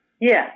Yes